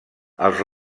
els